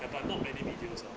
ya but not many videos hor